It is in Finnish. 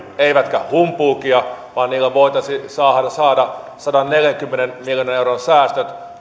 eivätkä humpuukia vaan niillä voitaisiin saada sadanneljänkymmenen miljoonan euron säästöt